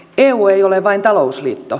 eu ei ole vain talousliitto